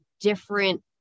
different